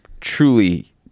truly